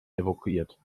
evakuiert